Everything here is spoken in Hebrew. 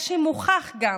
מוכח גם,